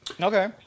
Okay